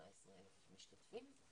18,000 משתתפים.